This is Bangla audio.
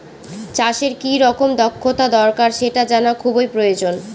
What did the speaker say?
চাষের কি রকম দক্ষতা দরকার সেটা জানা খুবই প্রয়োজন